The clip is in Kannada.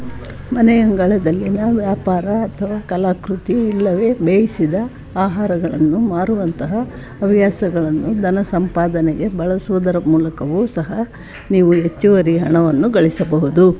ಮನೆ ಅಂಗಳದಲ್ಲಿನ ವ್ಯಾಪಾರ ಅಥವಾ ಕಲಾಕೃತಿ ಇಲ್ಲವೇ ಬೇಯಿಸಿದ ಆಹಾರಗಳನ್ನು ಮಾರುವಂತಹ ಹವ್ಯಾಸಗಳನ್ನು ಧನ ಸಂಪಾದನೆಗೆ ಬಳಸುವುದರ ಮೂಲಕವೂ ಸಹ ನೀವು ಹೆಚ್ಚುವರಿ ಹಣವನ್ನು ಗಳಿಸಬಹುದು